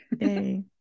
Yay